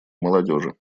молодежи